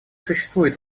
существует